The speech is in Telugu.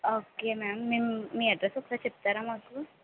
ఓకే మ్యామ్ మేము మీ అడ్రస్ ఒకసారి చెప్తారా మాకు